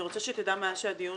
אני רוצה שתדע שמאז הדיון